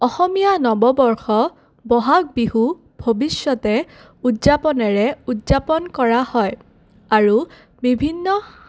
অসমীয়া নৱবৰ্ষ বহাগ বিহু ভৱিষ্যতে উদযাপনেৰে উদযাপন কৰা হয় আৰু বিভিন্ন